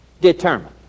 Determined